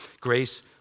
grace